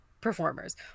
performers